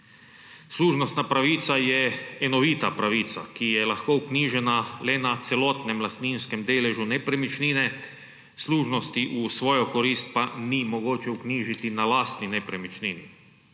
Služnostna pravica je enovita pravica, ki je lahko vknjižena le na celotnem lastninskem deležu nepremičnine, služnosti v svojo korist pa ni mogoče vknjižiti na lastni nepremičnini,